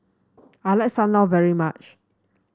I like Sam Lau very much